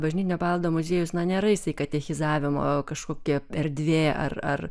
bažnytinio paveldo muziejus na nėra jisai katechizavimo kažkokia erdvė ar ar